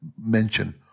mention